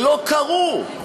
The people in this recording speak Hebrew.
ולא קרו.